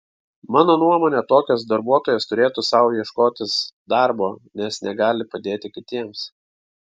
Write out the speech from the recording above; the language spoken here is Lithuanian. mano nuomone tokios darbuotojos turėtų sau ieškotis darbo nes negali padėti kitiems